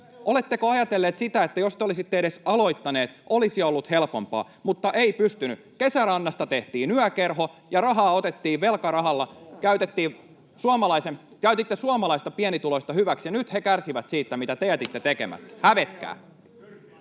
Oletteko ajatelleet sitä, että jos te olisitte edes aloittaneet, olisi ollut helpompaa? Mutta ei pystynyt. Kesärannasta tehtiin yökerho, ja rahaa otettiin velkarahalla. [Eduskunnasta: Ohhoh!] Käytitte suomalaisia pienituloisia hyväksi, ja nyt he kärsivät siitä, mitä te jätitte tekemättä.